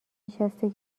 نشسته